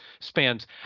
spans